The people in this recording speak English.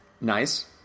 Nice